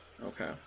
okay